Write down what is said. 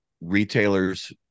retailers